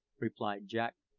replied jack,